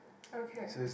okay